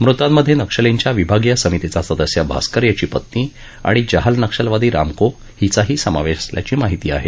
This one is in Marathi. मृतांमध्ये नक्षलींच्या विभागीय समितीचा सदस्य भास्कर याची पत्नी आणि जहाल नक्षलवादी रामको हिचाही समावेश असल्याची माहिती आहे